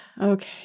okay